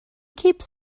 keeps